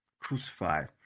crucified